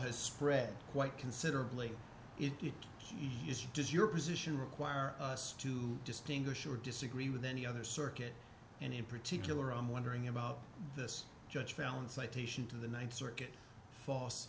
has spread quite considerably it is does your position require us to distinguish or disagree with any other circuit and in particular i'm wondering about this judge found citation to the th circuit